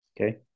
Okay